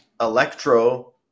Electro